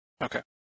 Okay